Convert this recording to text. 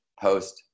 post